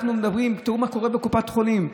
תראו מה קורה בקופת חולים,